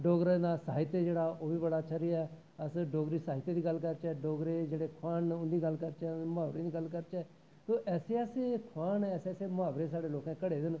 डोगरें दा साहित्त जेह्ड़ा ऐ ओह् बी बड़ा अच्छा रेहा अस डोगरी साहित्त दी गल्ल करचै डोगरे जेह्ड़े खोआन न उं'दी गल्ल करचै उं'दे मुहावरे दी गल्ल करचै तां ऐसे ऐसे खोआन न ऐसे ऐसे मुहावरे साढ़े लोकें घड़े दे न